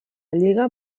lliga